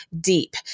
deep